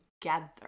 together